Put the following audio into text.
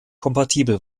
kompatibel